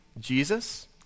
Jesus